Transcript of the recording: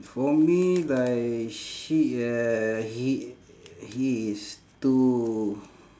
for me like she uh he he is too